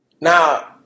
Now